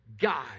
God